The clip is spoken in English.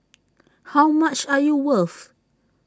how much are you worth